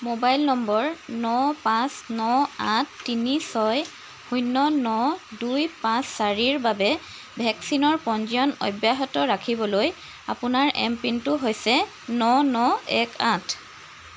mobile নম্বৰ ন পাঁচ ন আঠ তিনি ছয় শূন্য ন দুই পাঁচ চাৰিৰ বাবে ভেকচিনৰ পঞ্জীয়ন অব্যাহত ৰাখিবলৈ আপোনাৰ এমপিনটো হৈছে ন ন এক আঠ